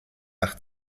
nach